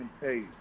Hey